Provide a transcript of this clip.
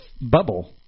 bubble